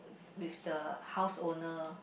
with the house owner